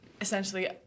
essentially